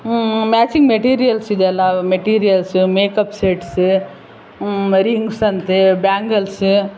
matching materials ಇದೆ ಅಲ್ಲ materials makeup sets ರಿಂಗ್ಸಂತೆ ಬ್ಯಾಂಗಲ್ಸ್